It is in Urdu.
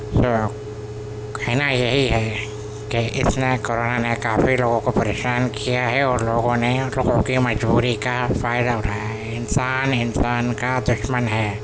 تو کہنا یہی ہے کہ اتنا کورونا نے کافی لوگوں کو پریشان کیا ہے اور لوگوں نے لوگوں کی مجبوری کا فائدہ اٹھایا ہے انسان انسان کا دشمن ہے